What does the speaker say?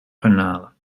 garnalen